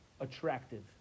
attractive